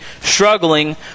struggling